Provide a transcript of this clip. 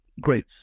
great